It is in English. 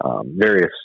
various